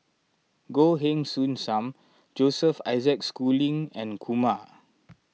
Goh Heng Soon Sam Joseph Isaac Schooling and Kumar